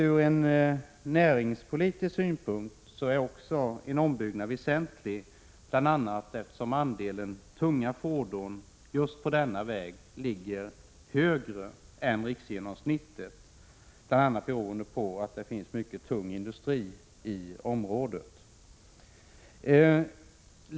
Ur näringspolitisk synpunkt är också ombyggnaden väsentlig bl.a. därför att andelen tunga fordon på denna väg är större än riksgenomsnittet bl.a. beroende på att det finns mycket tung industri i området.